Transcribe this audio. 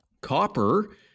Copper